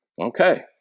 Okay